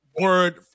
word